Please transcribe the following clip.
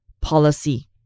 policy